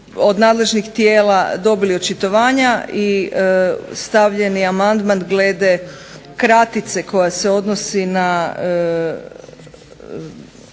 od nadležnih tijela dobili očitovanja i stavljen je amandman glede kratice koja se odnosi na